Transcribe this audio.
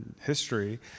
history